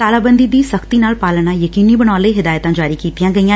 ਤਾਲਾਬੰਦੀ ਦੀ ਸਖ਼ਤੀ ਨਾਲ ਪਾਲਣਾ ਯਕੀਨੀ ਬਣਾਉਣ ਲਈ ਹਿਦਾਇਤਾਂ ਜਾਰੀ ਕੀਤੀਆਂ ਗਈਆਂ